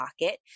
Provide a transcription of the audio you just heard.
pocket